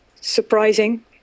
Surprising